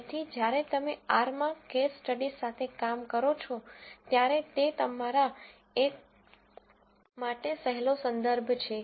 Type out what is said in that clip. તેથી જ્યારે તમે r માં કેસ સ્ટડીઝ સાથે કામ કરો છો ત્યારે તે તમારા એક માટે સહેલો સંદર્ભ છે